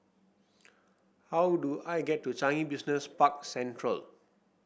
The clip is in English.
how do I get to Changi Business Park Central